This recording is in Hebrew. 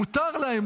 מותר להם,